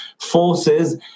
forces